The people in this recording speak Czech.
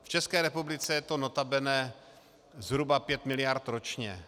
V České republice je to notabene zhruba pět miliard ročně.